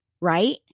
right